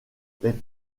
les